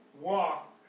Walk